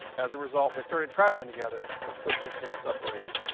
as a result, they started traveling together but quickly soon separated.